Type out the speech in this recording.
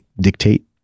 dictate